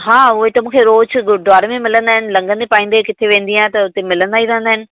हा उहे त मूंखे रोज़ गुरुद्वारे में मिलंदा आहिनि लंगंदे पाईंदे किथे वेंदी आहियां त उते मिलंदा ई रहंदा आहिनि